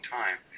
time